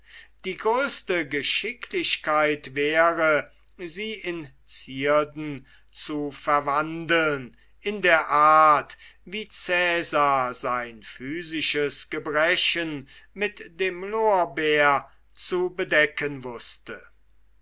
die größte geschicklichkeit wäre sie in zierden zu verwandeln in der art wie cäsar sein physisches gebrechen mit dem lorbeer zu bedecken wußte